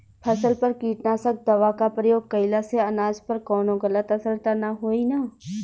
फसल पर कीटनाशक दवा क प्रयोग कइला से अनाज पर कवनो गलत असर त ना होई न?